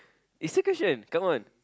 is still question come on